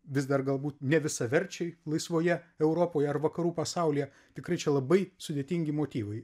vis dar galbūt nevisaverčiai laisvoje europoje ar vakarų pasaulyje tikrai čia labai sudėtingi motyvai